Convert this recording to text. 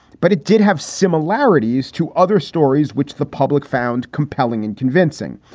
but it did have similarities to other stories which the public found compelling and convincing.